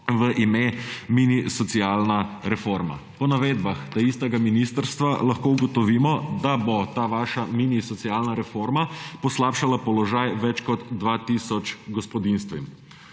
ime mini socialna reforma. Po navedbah taistega ministrstva lahko ugotovimo, da bo ta vaša mini socialna reforma poslabšala položaj več kot 2 tisoč gospodinjstvom.